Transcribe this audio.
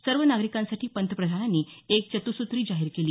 सर्व नागरिकांसाठी पंतप्रधानांनी एक चतुःसुत्री जाहीर केली